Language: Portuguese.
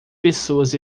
pessoas